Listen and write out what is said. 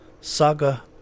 saga